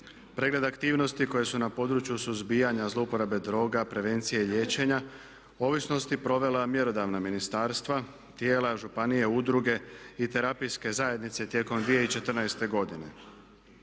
pregled aktivnosti koje su na području suzbijanja zlouporabe droga, prevencije i liječenja od ovisnosti provela mjerodavna ministarstva, tijela županije, udruge i terapijske zajednice tijekom 2014. godine.